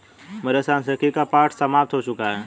मेरे सांख्यिकी का पाठ समाप्त हो चुका है